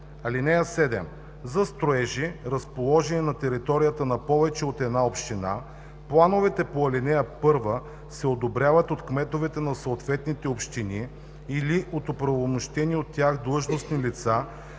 ал. 7: „(7) За строежи, разположени на територията на повече от една община, плановете по ал. 1 се одобряват от кметовете на съответните общини или от оправомощени от тях длъжностни лица,